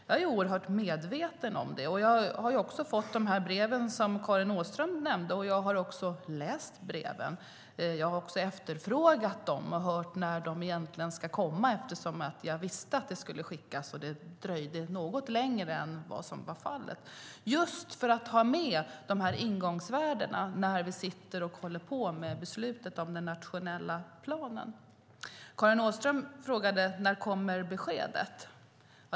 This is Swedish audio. Jag är oerhört medveten om det, och jag har fått de här breven som Karin Åström nämnde. Jag har också läst dem, och jag har också efterfrågat dem och hört efter när de skulle komma, eftersom jag visste att de skulle skickas och de dröjde något längre än vad som var sagt. Detta har jag gjort just för att ha med de här ingångsvärdena när vi sitter med beslutet om den nationella planen. Karin Åström frågade: När kommer beskedet?